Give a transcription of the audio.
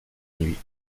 nuit